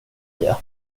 det